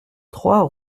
trois